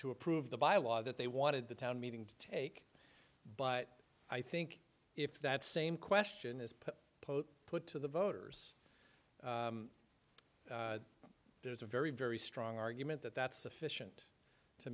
to approve the byelaw that they wanted the town meeting to take but i think if that same question is put put to the voters there's a very very strong argument that that's sufficient to